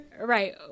Right